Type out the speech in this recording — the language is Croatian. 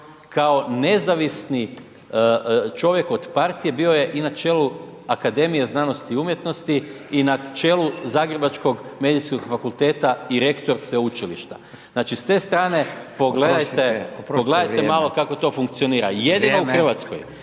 kao nezavisni čovjek od partije bio je i na čelu Akademije znanosti i umjetnosti i na čelu zagrebačkog Medicinskog fakulteta i rektor sveučilišta. Znači s te strane pogledajte …/Upadica: Oprostite, oprostite,